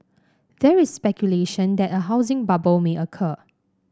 there is speculation that a housing bubble may occur